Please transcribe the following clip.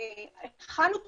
והכנו תוכנית.